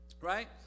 right